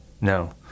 No